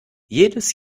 jedes